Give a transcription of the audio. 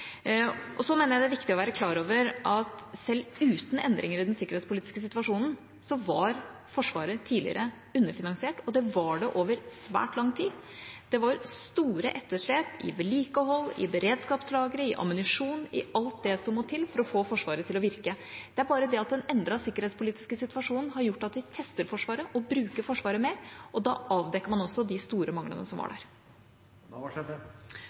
gjøres. Så er det arbeidsgruppa, under ledelse av brigader Brandvik, som forestår mye av det daglige arbeidet med landmaktutredningen. Jeg mener at det er viktig å være klar over at selv uten endringer i den sikkerhetspolitiske situasjonen var Forsvaret tidligere underfinansiert, og det var det over svært lang tid. Det var store etterslep på vedlikehold, beredskapslagre, ammunisjon – på alt det som må til for å få Forsvaret til å virke. Det er bare det at den endrede sikkerhetspolitiske situasjonen har gjort at vi tester og bruker Forsvaret mer. Da avdekker man også de store